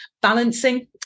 balancing